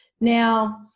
Now